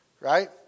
right